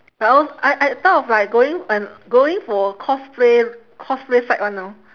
I als~ I I thought of like going and going for cosplay cosplay side [one] now